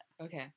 Okay